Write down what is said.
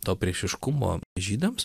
to priešiškumo žydams